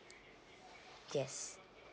yes